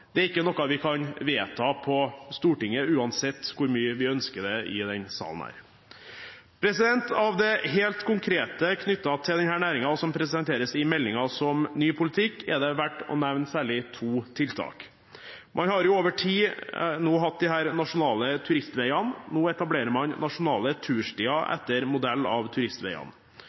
Det er ikke noe vi kan vedta på Stortinget, uansett hvor mye vi ønsker det i denne salen. Av det helt konkrete knyttet til denne næringen som presenteres i meldingen som ny politikk, er det verdt å nevne særlig to tiltak. Man har jo over tid nå hatt «Nasjonale turistveger». Nå etablerer man «Nasjonale turstier» etter modell av turistveiene.